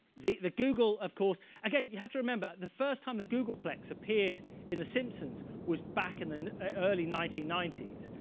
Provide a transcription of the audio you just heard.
the the googol, of course. again, you have to remember, the first time the googolplex appeared in the simpsons was back in the and early nineteen